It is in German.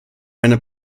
einer